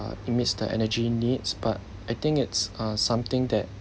it meets the energy needs but I think it's uh something that